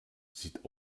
sieht